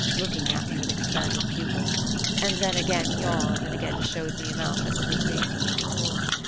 looking at me with expanded pupils and then again yawned and again showed me a mouth that was as dainty as a toy.